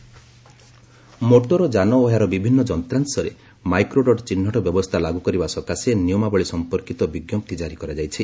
ଗଭ୍ microdots motor ଯାନ ଓ ଏହାର ବିଭିନ୍ନ ଯନ୍ତ୍ରାଂଶରେ ମାଇକ୍ରୋଡଟ୍ ଚିହ୍ନଟ ବ୍ୟବସ୍ଥା ଲାଗୁ କରିବା ସକାଶେ ନିୟମାବଳୀ ସମ୍ପର୍କୀତ ବିଜ୍ଞପ୍ତି କାରି କରାଯାଇଛି